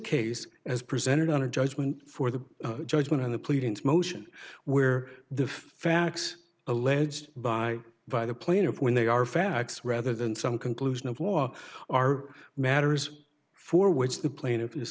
case as presented on a judgment for the judgment on the pleadings motion where the facts alleged by by the plaintiff when they are facts rather than some conclusion of law are matters for which the pla